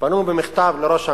פנו במכתב לראש הממשלה: